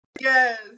Yes